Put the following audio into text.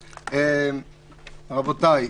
רבותיי,